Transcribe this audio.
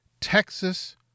Texas